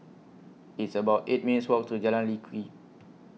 It's about eight minutes' Walk to Jalan Lye Kwee